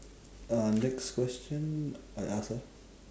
uh next question I ask ah